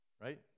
right